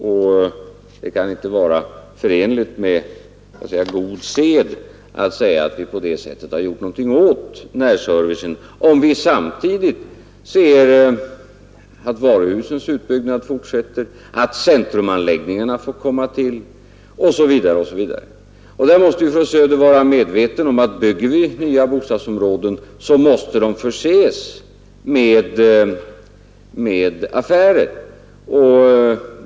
Det kan så att säga inte vara förenligt med god sed att påstå att vi därmed har gjort något för närservicen, om varuhusens utbyggnad fortsätter, centrumanläggningar får komma till, osv. Fru Söder måste vara medveten om att bygger vi nya bostadsområden så måste de förses med affärer.